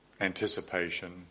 anticipation